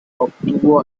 obtuvo